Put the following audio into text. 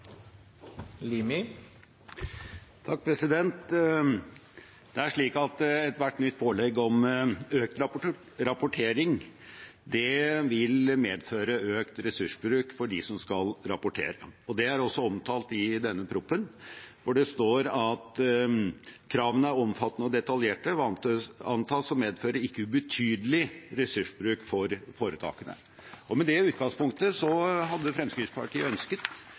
slik at ethvert nytt pålegg om økt rapportering vil medføre økt ressursbruk for dem som skal rapportere. Det er også omtalt i denne proposisjonen, hvor det står: «Kravene er omfattende og detaljerte, og antas å medføre ikke ubetydelig ressursbruk for foretakene.» Med det utgangspunktet hadde Fremskrittspartiet ønsket